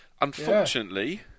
Unfortunately